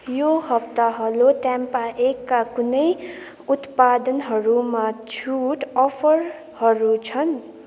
यो हप्ता हेलो टेम्पाएका कुन उत्पादनहरूमा छुट अफरहरू छन्